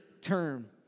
term